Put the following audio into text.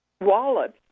wallet